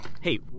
Hey